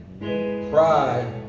Pride